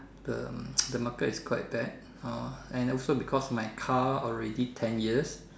the the market is quite bad hor and also my car already ten years